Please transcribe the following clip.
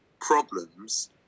problems